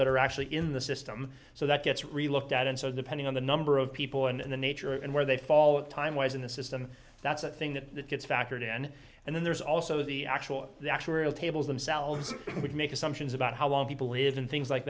that are actually in the system so that gets really looked at and so depending on the number of people and the nature and where they fall time wise in the system that's the thing that gets factored in and then there's also the actual the actuarial tables themselves would make assumptions about how long people live in things like